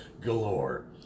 galore